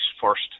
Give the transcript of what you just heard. first